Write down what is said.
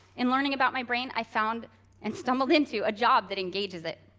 in learning about my brain, i found and stumbled into a job that engages it.